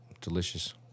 Delicious